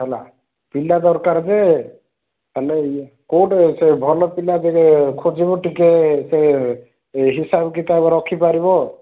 ହେଲା ପିଲା ଦରକାର ଯେ ହେଲେ ଇଏ କେଉଁଠୁ ସେ ଭଲ ପିଲା ଯେବେ ଖୋଜିବୁ ଟିକିଏ ସେ ହିସାବକିତାବ ରଖିପାରିବ